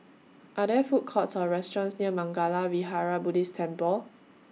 Are There Food Courts Or restaurants near Mangala Vihara Buddhist Temple